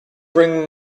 bring